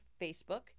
Facebook